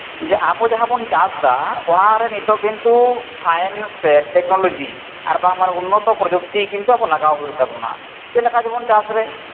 ᱡᱮ ᱟᱵᱚ ᱡᱟᱦᱟᱸ ᱵᱚᱱ ᱪᱟᱥ ᱮᱫᱟ ᱚᱱᱟᱨᱮ ᱱᱤᱛᱚᱜ ᱠᱤᱱᱛᱩ ᱥᱟᱭᱮᱱᱥ ᱥᱮ ᱴᱮᱠᱱᱳᱞᱚᱡᱤ ᱟᱨ ᱵᱟᱝᱢᱟ ᱩᱱᱱᱚᱛᱚ ᱯᱨᱚᱡᱩᱠᱛᱤ ᱠᱤᱱᱛᱩ ᱟᱵᱚ ᱞᱟᱜᱟᱣ ᱦᱩᱭᱩᱜ ᱛᱟᱵᱚᱱᱟ ᱪᱮᱫ ᱞᱮᱠᱟ ᱡᱮᱢᱚᱱ ᱪᱟᱥ ᱨᱮ